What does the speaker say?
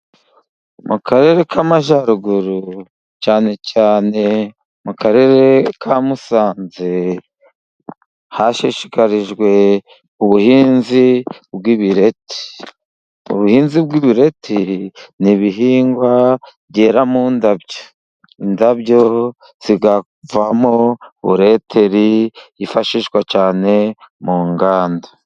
Mu karere k' Amajyaruguru, cyane cyane mu karere ka Musanze, hashishikarijwe ubuhinzi bw'ibireti. Ubuhinzi bw'ibiretiri n'ibihingwa byera mu ndabyo. Indabyo zivamo buleteri yifashishwa cyane mu nganda.